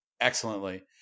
Excellently